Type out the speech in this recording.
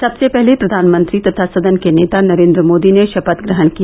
सबसे पहले प्रधानमंत्री तथा सदन के नेता नरेन्द्र र्मादी ने शपथ ग्रहण किया